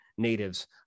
natives